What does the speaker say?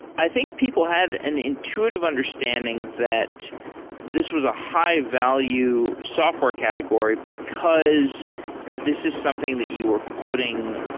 i think people had an intuitive understanding that this was a high value software category, because this is something that you were putting,